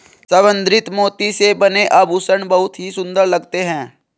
संवर्धित मोती से बने आभूषण बहुत ही सुंदर लगते हैं